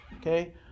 okay